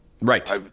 Right